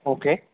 okay